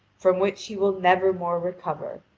from which he will never more recover,